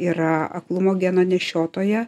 yra aklumo geno nešiotoja